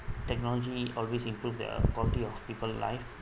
technology always improve the quality of people's life